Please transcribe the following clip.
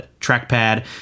trackpad